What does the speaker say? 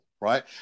right